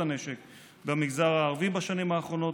הנשק במגזר הערבי בשנים האחרונות: